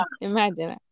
imagine